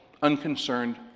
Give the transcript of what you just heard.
unconcerned